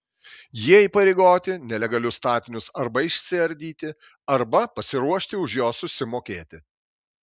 jie įpareigoti nelegalius statinius arba išsiardyti arba pasiruošti už juos susimokėti